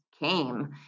came